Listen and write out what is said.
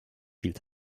hielt